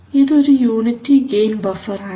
ഇതൊരു unity gain buffer ആണ്